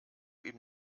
ihm